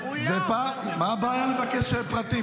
--- מה הבעיה לבקש פרטים?